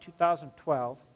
2012